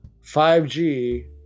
5G